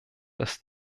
dass